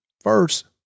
first